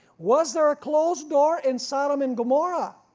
was there a closed door in sodom and gomorrah?